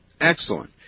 Excellent